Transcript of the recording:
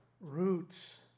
roots